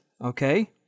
okay